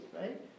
right